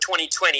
2020